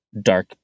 dark